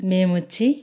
మేము వచ్చి